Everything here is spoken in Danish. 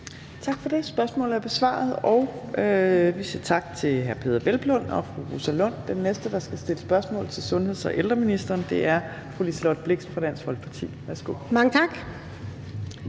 Tak for det. Spørgsmålet er besvaret. Vi siger tak til hr. Peder Hvelplund og fru Rosa Lund. Den næste, der skal stille spørgsmål til sundheds- og ældreministeren, er fru Liselott Blixt fra Dansk Folkeparti. Kl. 15:46 Spm.